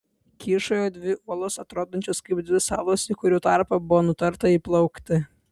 kyšojo dvi uolos atrodančios kaip dvi salos į kurių tarpą buvo nutarta įplaukti